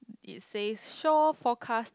it says shore forecast